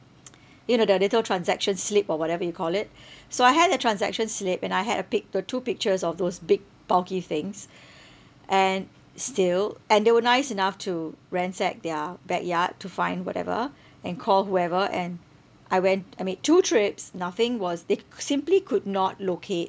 you know the little transaction slip or whatever you call it so I had a transaction slip and I had a pic~ the two pictures of those big bulky things and still and they were nice enough to ransack their backyard to find whatever and called whoever and I went I made two trips nothing was they simply could not locate